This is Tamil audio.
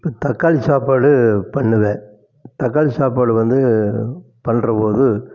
இப்போ தக்காளி சாப்பாடு பண்ணுவேன் தக்காளி சாப்பாடு வந்து பண்ணுறபோது